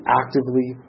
actively